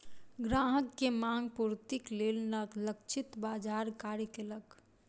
ग्राहक के मांग पूर्तिक लेल लक्षित बाजार कार्य केलक